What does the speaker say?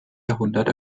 jahrhundert